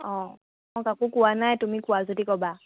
অ মই কাকো কোৱা নাই তুমি কোৱা যদি ক'বা